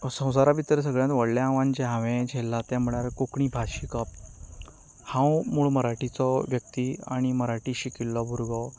संवसारा भितर सगळ्यांत व्हडलें आव्हान जें हांवें झेल्लां तें म्हणल्यार कोंकणी भास शिकप हांव मूळ मराठीचो व्यक्ती आनी मराठी शिकिल्लो भुरगो